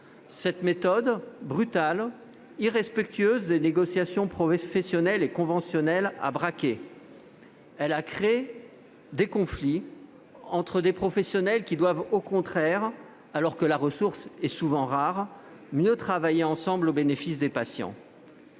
Cette méthode brutale, irrespectueuse des négociations professionnelles et conventionnelles, a braqué. Elle a créé des conflits entre des professionnels qui doivent au contraire, alors que la ressource est parfois rare, mieux travailler ensemble au bénéfice des patients.